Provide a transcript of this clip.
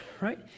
right